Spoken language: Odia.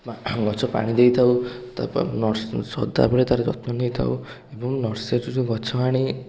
ପା ଗଛ ପାଣି ଦେଇଥାଉ ଏବଂ ସଦାବେଳେ ତାର ଯତ୍ନ ନେଇଥାଉ ଏବଂ ନର୍ସରୀରୁ ଗଛ ଆଣି